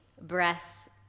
breath